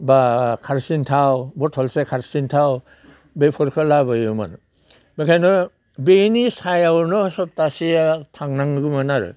दा खारसिन थाव बथलसे खारसिन थाव बैफोरखौ लाबोयोमोन बेखायनो बेनि सायावनो सबथाहसेयाव थांनांगौमोन आरो